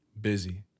busy